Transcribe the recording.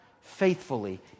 faithfully